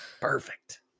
Perfect